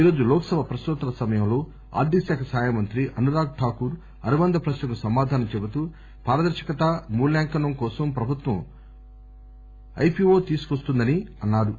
ఈరోజు లోక్ సభ ప్రశ్నోత్తరాల సమయంలో ఆర్గికశాఖ సహాయమంత్రి అనురాగ్ ఠాకూర్ అనుబంధ ప్రశ్న కు సమాధానం చెబుతూ పారదర్పకత మూల్యాంకనం కోసం ప్రభుత్వం ఐ పి ఓ తీసుకొస్తుందని అన్నారు